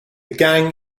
gang